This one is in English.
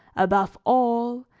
above all,